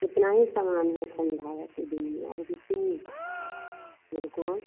इतना ही समान है ठंढा के दिन में और कुछ नहीं गुलुकोज